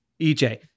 EJ